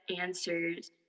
answers